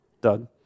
Doug